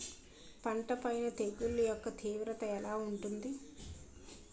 పంట పైన తెగుళ్లు యెక్క తీవ్రత ఎలా ఉంటుంది